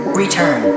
return